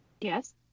Yes